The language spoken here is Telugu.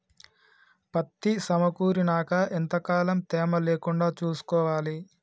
పత్తి సమకూరినాక ఎంత కాలం తేమ లేకుండా చూసుకోవాలి?